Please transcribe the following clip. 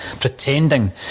pretending